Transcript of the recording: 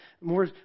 more